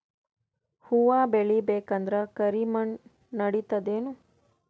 ಹುವ ಬೇಳಿ ಬೇಕಂದ್ರ ಕರಿಮಣ್ ನಡಿತದೇನು?